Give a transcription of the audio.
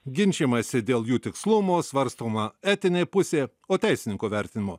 ginčijimasi dėl jų tikslumo svarstoma etinė pusė o teisininko vertinimu